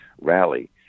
rally